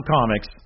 Comics